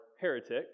heretics